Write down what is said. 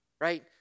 right